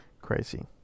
Crazy